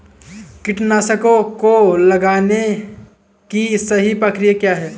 कीटनाशकों को लगाने की सही प्रक्रिया क्या है?